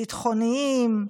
ביטחוניים,